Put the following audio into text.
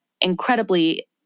incredibly